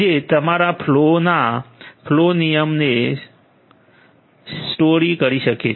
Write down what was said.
જે તમારા ફલૉ ના નિયમોને સ્ટોર કરી શકે છે